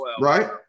Right